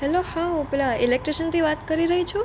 hello હા હું પેલા ઇલેકટ્રિશિયનથી વાત કરી રહી છું